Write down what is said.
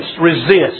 resist